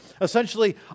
essentially